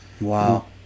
Wow